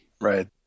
Right